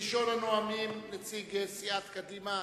ראשון הנואמים הוא נציג סיעת קדימה,